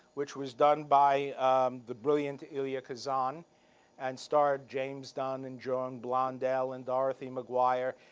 which was done by the brilliant elia kazan and starred james dunn and joan blondell and dorothy mcguire,